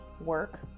work